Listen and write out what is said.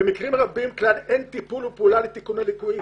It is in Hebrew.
במקרים רבים אין שום טיפול לתיקון הליקויים